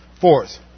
Fourth